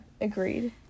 agreed